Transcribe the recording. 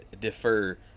defer